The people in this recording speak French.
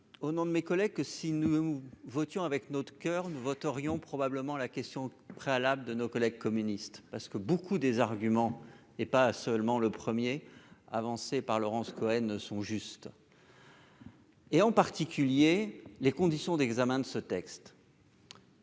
au nom de mes collègues, que si nous votions avec notre coeur nous voterions probablement la question préalable de nos collègues communistes parce que beaucoup des arguments et pas seulement le 1er avancé par Laurence Cohen sont justes. Et en particulier les conditions d'examen de ce texte.